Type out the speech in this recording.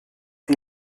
die